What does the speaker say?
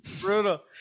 Brutal